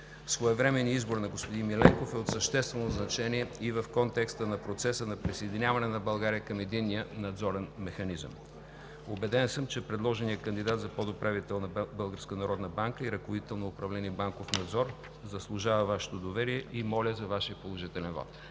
Своевременният избор на господин Миленков е от съществено значение и в контекста на процеса на присъединяване на България към Единния надзорен механизъм. Убеден съм, че предложеният кандидат за подуправител на Българската народна банка и ръководител на управление „Банков надзор“ заслужава Вашето доверие. Моля за Вашия положителен вот.